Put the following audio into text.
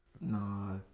Nah